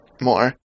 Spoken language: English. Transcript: more